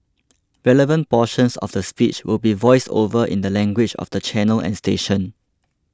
relevant portions of the speech will be voiced over in the language of the channel and station